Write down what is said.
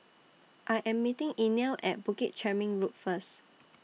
I Am meeting Inell At Bukit Chermin Road First